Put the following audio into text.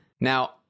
now